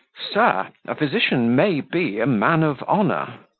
sir, a physician may be a man of honour.